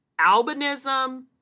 albinism